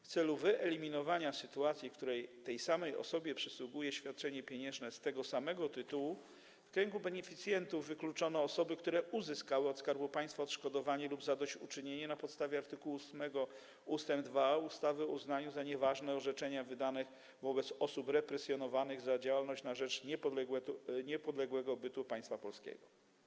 W celu wyeliminowania sytuacji, w której tej samej osobie przysługuje świadczenie pieniężne z tego samego tytułu, z kręgu beneficjentów wykluczono osoby, które uzyskały od Skarbu Państwa odszkodowanie lub zadośćuczynienie na podstawie art. 8 ust. 2a ustawy o uznaniu za nieważne orzeczeń wydanych wobec osób represjonowanych za działalność na rzecz niepodległego bytu Państwa Polskiego.